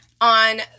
on